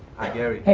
hi, gary.